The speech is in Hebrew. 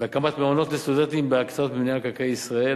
בהקמת מעונות לסטודנטים בהקצאות מינהל מקרקעי ישראל.